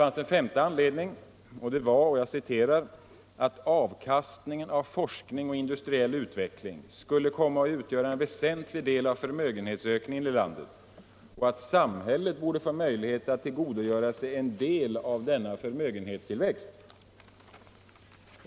Den femte anledningen var att ”avkastningen av forskning och industriell utveckling komma att utgöra en väsentlig del av förmögenhetsökningen i landet” och att ”samhället få möjlighet att tillgodogöra sig en del av denna förmögenhetstillväxt”.